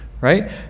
right